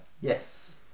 Yes